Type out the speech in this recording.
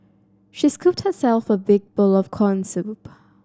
she scooped herself a big bowl of corn soup